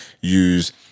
use